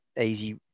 easy